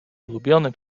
ulubiony